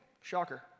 Shocker